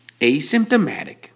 asymptomatic